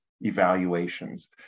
evaluations